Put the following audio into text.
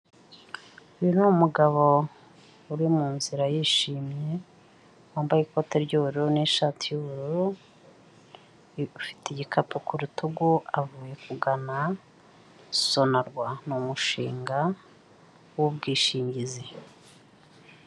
Uyu ni umugabo uri munzira yishimye, wambaye ikote ry'ubururu n'ishati y'ubururu, ufite igikapu ku rutugu avuye kugana sonarwa ni umushinga w'ubwishingizi.